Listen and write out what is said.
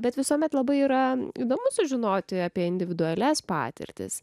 bet visuomet labai yra įdomu sužinoti apie individualias patirtis